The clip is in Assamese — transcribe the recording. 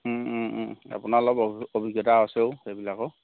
আপোনাৰ অলপ অভিজ্ঞতা আছেও এইবিলাকৰ